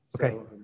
Okay